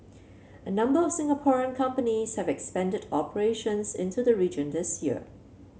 a number of Singapore companies have expanded operations into the region this year